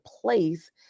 place